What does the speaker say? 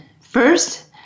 First